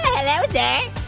hello sir.